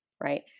Right